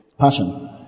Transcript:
Passion